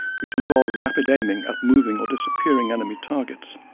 which involve rapid aiming at moving or disappearing enemy targets,